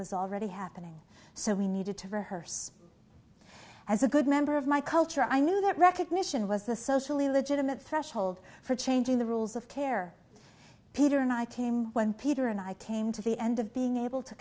was already happening so we needed to her as a good member of my culture i knew that recognition was the socially legitimate threshold for changing the rules of care peter and i came when peter and i came to the end of being able to